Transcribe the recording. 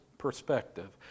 perspective